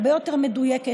הרבה יותר מדויקת,